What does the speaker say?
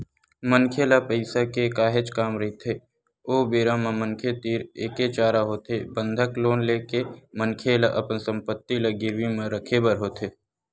मनखे ल पइसा के काहेच काम रहिथे ओ बेरा म मनखे तीर एके चारा होथे बंधक लोन ले के मनखे ल अपन संपत्ति ल गिरवी म रखे बर होथे